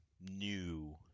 new